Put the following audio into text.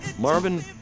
Marvin